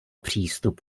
přístup